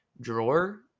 drawer